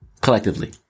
Collectively